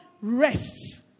rests